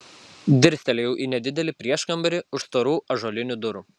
dirstelėjau į nedidelį prieškambarį už storų ąžuolinių durų